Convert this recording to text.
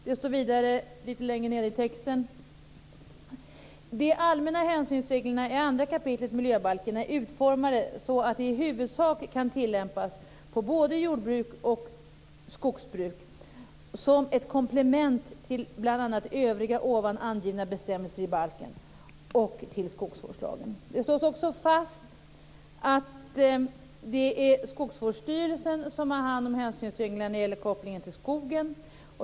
Det står vidare längre fram i texten: "De allmänna hänsynsreglerna i 2 kap. miljöbalken är utformade så att de i huvudsak kan tillämpas på både jordbruk och skogsbruk som ett komplement till bl.a. övriga ovan angivna bestämmelser i miljöbalken och till skogsvårdslagen." Det slås också fast att det är Skogsvårdsstyrelsen som har hand om hänsynsreglerna när det gäller kopplingen till skogen.